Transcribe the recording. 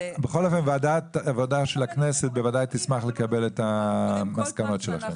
ועדת העבודה של הכנסת תשמח לקבל את המסקנות שלכם.